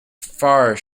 far